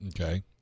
Okay